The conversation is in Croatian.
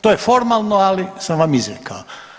To je formalno, ali sam vam izrekao.